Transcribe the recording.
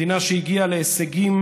מדינה שהגיעה להישגים